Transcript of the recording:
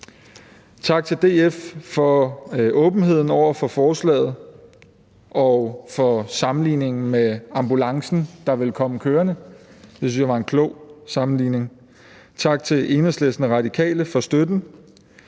Tak til DF for åbenheden over for forslaget og for sammenligningen med ambulancen, der ville komme kørende. Det synes jeg var en klog sammenligning. Tak til Enhedslisten og Radikale for støtten.